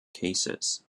cases